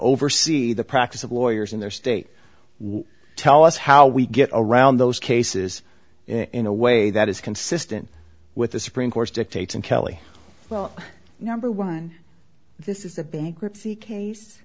oversee the practice of lawyers in their state what tell us how we get around those cases in a way that is consistent with the supreme court's dictates and kelly well number one this is a bankruptcy case